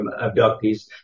abductees